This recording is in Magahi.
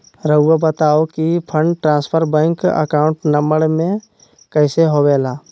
रहुआ बताहो कि fund transfer bank account number में कैसे होबेला?